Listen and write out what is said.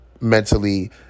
mentally